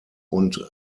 und